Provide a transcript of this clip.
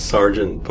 Sergeant